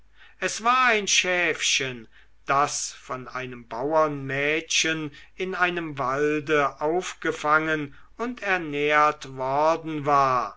es war ein schäfchen das von einem bauermädchen in dem walde aufgefangen und ernährt worden war